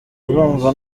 urumva